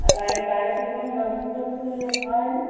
আর বাইরে বাইরে থেকে কোনো ওষুধপত্র কিছু খাওয়া হয়নি